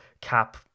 cap